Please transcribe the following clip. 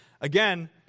Again